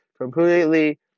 completely